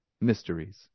mysteries